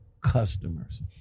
customers